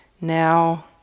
now